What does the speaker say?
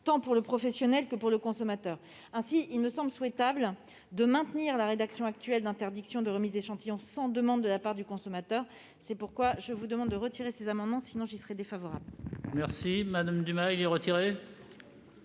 tant pour le professionnel que pour le consommateur. Ainsi, il me semble souhaitable de maintenir la rédaction actuelle d'interdiction de remise d'échantillons sans demande de la part du consommateur. C'est pourquoi je souhaite le retrait de ces amendements, faute de quoi j'émettrai un avis défavorable. Madame Dumas, l'amendement